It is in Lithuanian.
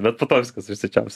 bet po to viskas užsičiaupsiu